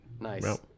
Nice